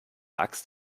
axt